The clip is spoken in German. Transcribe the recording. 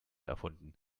erfunden